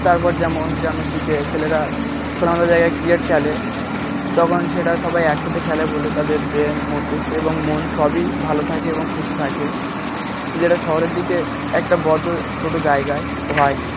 তারপর যেমন গ্রামের দিকে ছেলেরা খেলাধূলা জায়গায় ক্রিকেট খেলে তখন সেটা সবাই একসাথে খেলে বলে তাদের ব্রেন মস্তিস্ক এবং মন সবই ভালো থাকে এবং খুশি থাকে যেটা শহরের দিকে একটা বদ্ধ ছোটো জায়গায় হয় না